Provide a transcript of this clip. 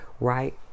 right